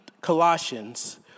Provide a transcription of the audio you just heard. Colossians